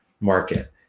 market